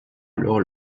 alors